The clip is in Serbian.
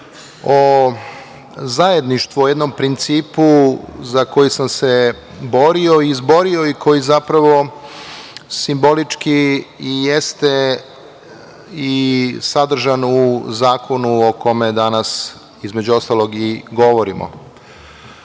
o zajedništvu, o jednom principu za koji sam se borio i izborio i koji zapravo simbolički jeste i sadržan u zakonu o kome danas, između ostalog, i